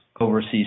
overseas